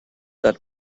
that